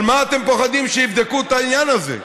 מה אתם פוחדים שיבדקו את העניין הזה?